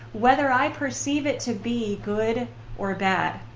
whether i perceive it to be good or bad,